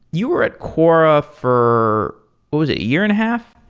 you were at quora for what was it? a year and a half?